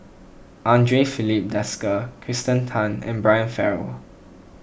andre Filipe Desker Kirsten Tan and Brian Farrell